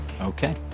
Okay